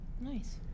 Nice